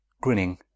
grinning